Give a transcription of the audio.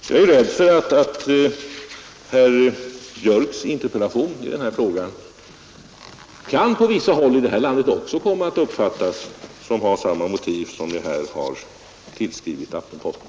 Jag är rädd för att herr Björcks interpellation i denna fråga på vissa håll här i landet också kan komma att uppfattas som tillkommen av samma motiv som de jag här har tillskrivit Aftenposten.